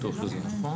הפלילי6.